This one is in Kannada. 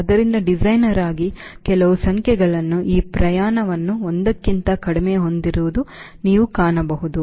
ಆದ್ದರಿಂದ ಡಿಸೈನರ್ ಆಗಿ ಕೆಲವು ಸಂಖ್ಯೆಗಳು ಈ ಪ್ರಮಾಣವನ್ನು ಒಂದಕ್ಕಿಂತ ಕಡಿಮೆ ಹೊಂದಿರುವುದನ್ನು ನೀವು ಕಾಣಬಹುದು